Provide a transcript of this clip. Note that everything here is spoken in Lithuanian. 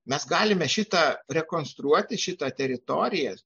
mes galime šitą rekonstruoti šitą teritorijas